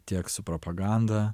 tiek su propaganda